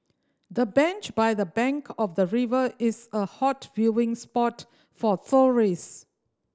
the bench by the bank of the river is a hot viewing spot for tourist